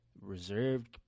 reserved